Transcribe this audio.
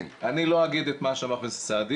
אני לא אגיד את מה שאמר חבר הכנסת סעדי.